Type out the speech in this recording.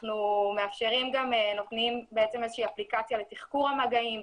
אנחנו גם נותנים איזושהי אפליקציה לתחקור המגעים.